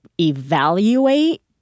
evaluate